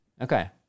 Okay